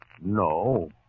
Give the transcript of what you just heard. No